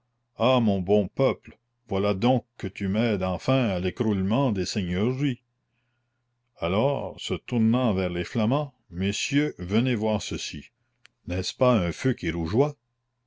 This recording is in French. ah mon bon peuple voilà donc que tu m'aides enfin à l'écroulement des seigneuries alors se tournant vers les flamands messieurs venez voir ceci n'est-ce pas un feu qui rougeoie